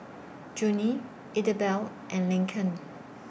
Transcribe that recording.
Junie Idabelle and Laken